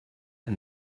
and